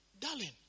Darling